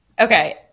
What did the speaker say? Okay